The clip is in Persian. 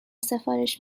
سفارش